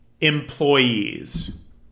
employees